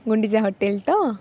Gundicha hotel ତ